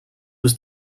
was